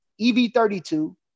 EV32